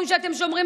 סמכות.